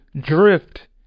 drift